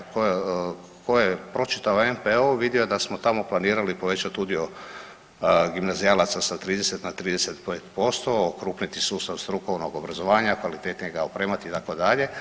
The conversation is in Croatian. Ko je, ko je pročitao NPOO vidio je da smo tamo planirali povećat udio gimnazijalaca sa 30 na 35%, okrupniti sustav strukovnog obrazovanja, kvalitetnije ga opremati itd.